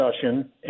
discussion